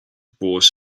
brought